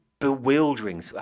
bewildering